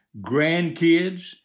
grandkids